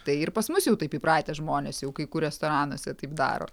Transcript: tai ir pas mus jau taip įpratę žmonės jau kai kur restoranuose taip daro